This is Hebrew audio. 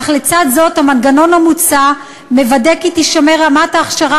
אך לצד זאת המנגנון המוצע מוודא כי תישמר רמת ההכשרה